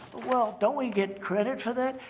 well, don't we get credit for that?